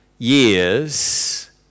years